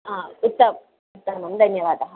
हा उत्तमम् उत्तमं धन्यवादः